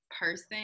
person